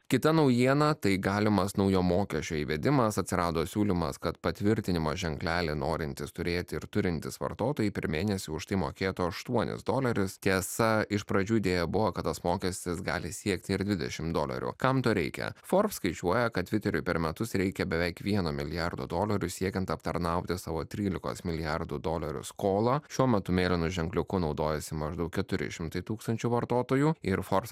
kita naujiena tai galimas naujo mokesčio įvedimas atsirado siūlymas kad patvirtinimo ženklelį norintys turėti ir turintys vartotojai per mėnesį už tai mokėtų aštuonis dolerius tiesa iš pradžių idėja buvo kad tas mokestis gali siekti ir dvidešim dolerių kam to reikia forbes skaičiuoja kad riteriui per metus reikia beveik vieno milijardo dolerių siekiant aptarnauti savo trylikos milijardų dolerių skolą šiuo metu meironų ženkliuku naudojasi maždaug keturi šimtai tūkstančių vartotojų ir forbes